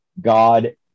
God